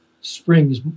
springs